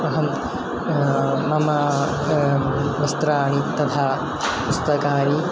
अहं मम वस्त्राणि तथा पुस्तकानि